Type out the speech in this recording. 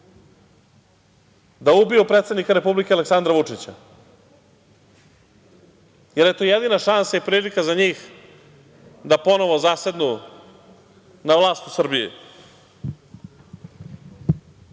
da ubiju predsednika Republike, Aleksandra Vučića, jer je to jedina šansa i prilika za njih da ponovo zasednu na vlast u Srbiji.